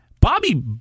Bobby